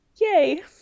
yay